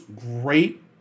great